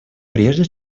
прежде